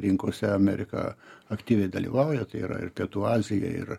rinkose amerika aktyviai dalyvauja tai yra ir pietų azija ir